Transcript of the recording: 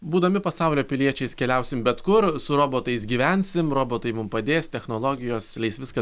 būdami pasaulio piliečiais keliausim bet kur su robotais gyvensim robotai mum padės technologijos leis viską